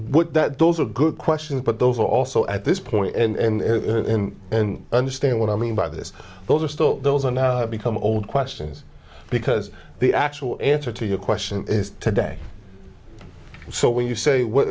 well those are good questions but those are also at this point and understand what i mean by this those are still those are now become old questions because the actual answer to your question is today so when you say what